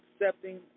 accepting